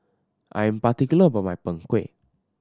I am particular about my Png Kueh